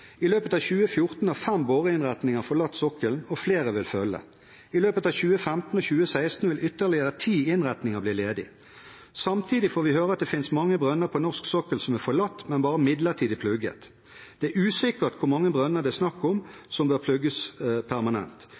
I løpet av 2014 har fem boreinnretninger forlatt sokkelen, og flere vil følge etter. I løpet av 2015 og 2016 vil ytterligere ti innretninger bli ledige. Samtidig får vi høre at finnes mange brønner på norsk sokkel som er forlatt, men som bare er midlertidig plugget. Det er usikkert hvor mange brønner det er snakk om, som bør plugges permanent.